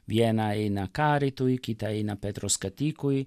viena eina karitui kita eina petro skatikui